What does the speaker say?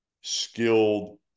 skilled